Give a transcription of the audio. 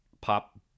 pop